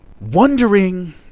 wondering